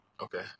Okay